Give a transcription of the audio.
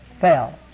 Fell